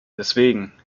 deswegen